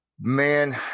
Man